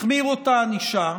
החמירו את הענישה,